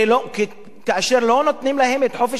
כאשר לא נותנים להם את חופש הביטוי,